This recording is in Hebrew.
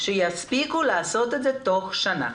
שיספיקו לעשות את זה בתוך שנה,